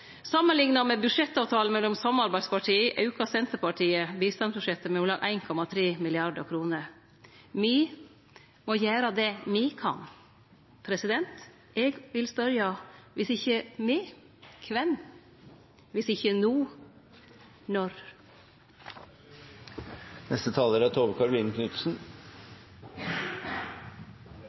Samanlikna med budsjettavtalen mellom samarbeidspartia aukar Senterpartiet bistandsbudsjettet med om lag 1,3 mrd. kr. Me må gjere det me kan. Eg vil spørje: Viss ikkje vi, kven? Viss ikkje no, når?